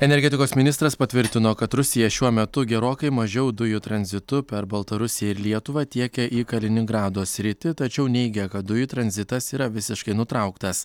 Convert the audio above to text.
energetikos ministras patvirtino kad rusija šiuo metu gerokai mažiau dujų tranzitu per baltarusiją ir lietuvą tiekia į kaliningrado sritį tačiau neigia kad dujų tranzitas yra visiškai nutrauktas